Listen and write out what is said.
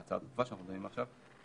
להצעת הדחופה שאנחנו דנים בה עכשיו,